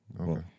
Okay